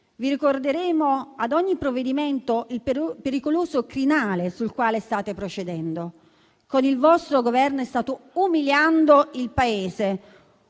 Vi ricorderemo ad ogni provvedimento il pericoloso crinale sul quale state procedendo con il vostro Governo. State umiliando il Paese,